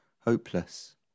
hopeless